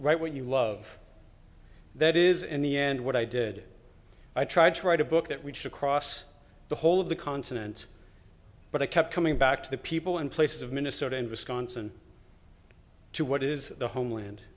right when you love that is in the end what i did i tried to write a book that we should cross the whole of the continent but i kept coming back to the people and places of minnesota and wisconsin to what is the homeland